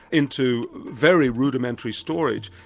into very rudimentary storage.